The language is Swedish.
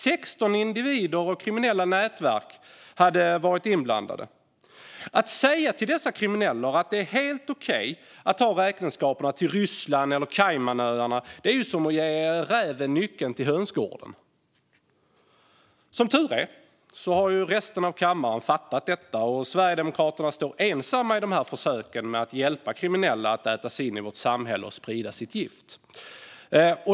16 individer och kriminella nätverk hade varit inblandade. Att säga till dessa kriminella att det är helt okej att ta räkenskaperna till Ryssland eller Caymanöarna är som att ge räven nyckeln till hönsgården. Som tur är har resten av kammaren fattat detta, och Sverigedemokraterna står ensamma i sina försök att hjälpa kriminella att äta sig in i vårt samhälle och sprida sitt gift.